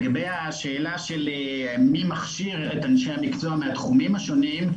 לגבי השאלה של מי מכשיר את אנשי המקצוע מהתחומים השונים,